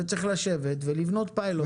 צריך לשבת ולבנות פיילוט כזה.